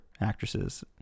actresses